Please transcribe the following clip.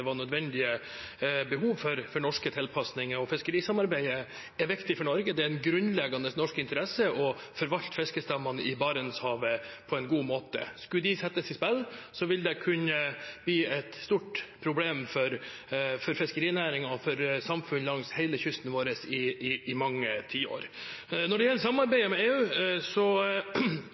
behov for norske tilpasninger. Fiskerisamarbeidet er viktig for Norge, det er en grunnleggende norsk interesse å forvalte fiskestammene i Barentshavet på en god måte. Skulle de settes i spill, vil det kunne bli et stort problem for fiskerinæringen og for samfunn langs hele kysten vår i mange tiår. Når det gjelder samarbeidet med EU,